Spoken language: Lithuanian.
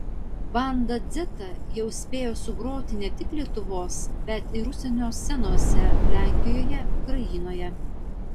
banda dzeta jau spėjo sugroti ne tik lietuvos bet ir užsienio scenose lenkijoje ukrainoje